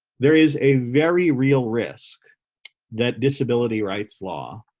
there is a very real risk that disability rights law,